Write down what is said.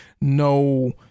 no